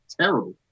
terrible